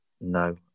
no